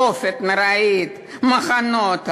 תופת נורא, מחנות השמדה,